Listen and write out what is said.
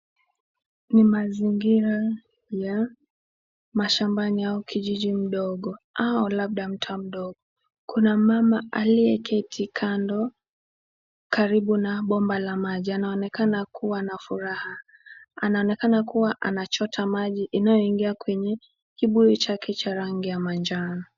Ni mazingira ya mashambani au kijiji mdogo, au ata mtaa mdogo. Kuna mama aliyeketi kando, karibu la bowa la maji. Anaonekana kuwa na furaha. Anaonekana kuwa anachota maji inayoingia kwenye kibuyu chake cha rangi ya manjano.